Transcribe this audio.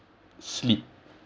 sleep